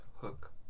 Hook